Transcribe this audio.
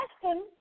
question